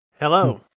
Hello